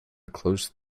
close